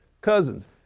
cousins